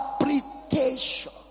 interpretation